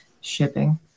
shipping